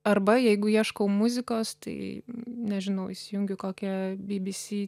arba jeigu ieškau muzikos tai nežinau įsijungiu kokią bbc